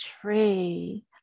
tree